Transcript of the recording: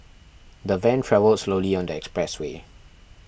the van travelled slowly on the expressway